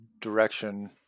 direction